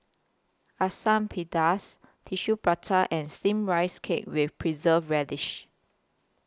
Asam Pedas Tissue Prata and Steamed Rice Cake with Preserved Radish